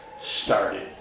started